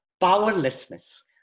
powerlessness